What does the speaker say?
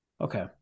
Okay